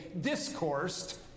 discoursed